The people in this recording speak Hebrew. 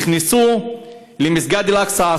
נכנסו למסגד אל-אקצא,